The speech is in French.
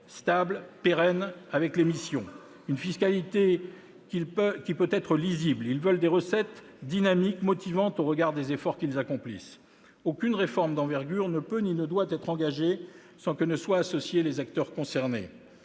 cohérente avec leurs missions, stable, pérenne et lisible. Ils veulent des recettes dynamiques et motivantes au regard des efforts qu'ils accomplissent. Aucune réforme d'envergure ne peut ni ne doit être engagée sans que soient associés les acteurs concernés.